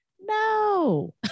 No